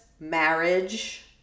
marriage